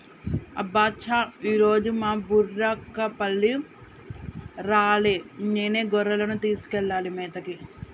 అబ్బ చా ఈరోజు మా బుర్రకపల్లి రాలే నేనే గొర్రెలను తీసుకెళ్లాలి మేతకి